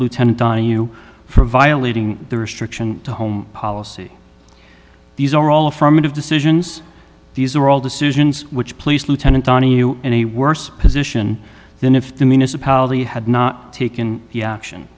lieutenant donohue for violating the restriction to home policy these are all affirmative decisions these are all decisions which police lieutenant donohue in a worse position than if the municipality had not taken action